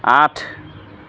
আঠ